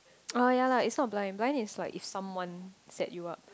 oh yea lah it's not blind blind is like if someone set you up